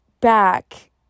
back